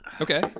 Okay